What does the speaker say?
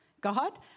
God